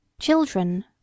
Children